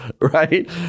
right